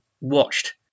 watched